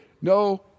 No